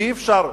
אי-אפשר.